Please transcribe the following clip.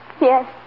yes